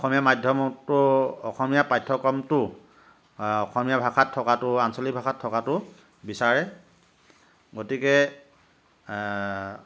অসমীয়া মাধ্যমটো অসমীয়া পাঠ্যক্ৰমটো অসমীয়া ভাষাত থকাতো আঞ্চলিক ভাষাত থকাতো বিচাৰে গতিকে